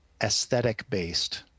aesthetic-based